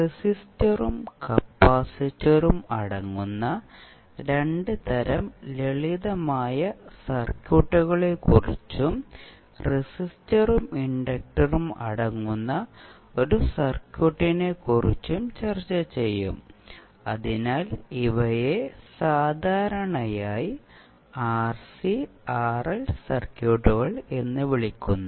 റെസിസ്റ്ററും കപ്പാസിറ്ററും അടങ്ങുന്ന രണ്ട് തരം ലളിതമായ സർക്യൂട്ടുകളെക്കുറിച്ചും റെസിസ്റ്ററും ഇൻഡക്ടറും അടങ്ങുന്ന ഒരു സർക്യൂട്ടിനെക്കുറിച്ചും ചർച്ച ചെയ്യും അതിനാൽ ഇവയെ സാധാരണയായി ആർസി ആർഎൽ സർക്യൂട്ടുകൾ എന്ന് വിളിക്കുന്നു